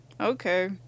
okay